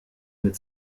mit